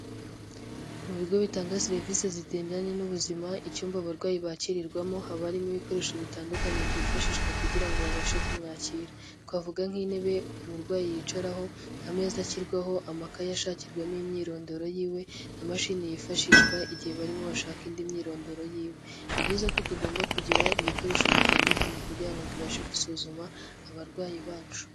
Mu bigo bitanga serivisi zigendanye n'ubuzima, icyumba abarwayi bakirirwamo habamo ibikoresho bitandukanye byifashishwa kugira ngo babashe kumwakira. Twavuga nk'intebe umurwayi yicaraho, ameza ashyirwaho amakayi ashakirwemo imyirondoro yiwe, na mashini yifashishwa igihe barimo bashaka indi myirondoro yiwe. Ni byiza ko tugomba kugira ibikoresho bitandukanye kugira ngo tubashe gusuzuma abarwayi bacu.